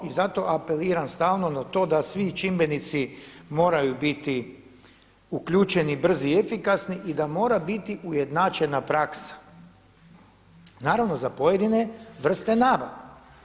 I zato apeliram stalno na to da svi čimbenici moraju biti uključeni, brzi i efikasni i da mora biti ujednačena praksa, naravno za pojedine vrste nabava.